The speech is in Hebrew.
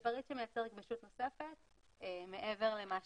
זה פריט שמייצר גמישות נוספת מעבר למה